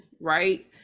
right